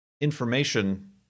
information